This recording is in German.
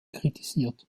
kritisiert